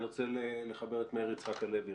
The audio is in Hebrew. אני רוצה לחבר את מאיר יצחק הלוי,